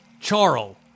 Charles